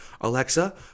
Alexa